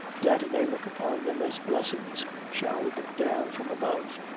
that they look upon them as blessings showered down from above,